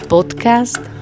Podcast